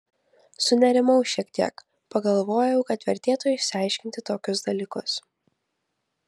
sunerimau šiek tiek pagalvojau kad vertėtų išsiaiškinti tokius dalykus